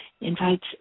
invites